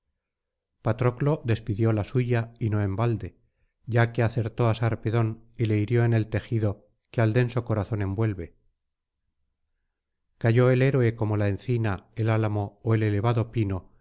patroclo despidió la suya y no en balde ya que acertó á sarpedón y le hirió en el tejido que al denso corazón envuelve cayó el héroe como la encina el álamo ó el elevado pino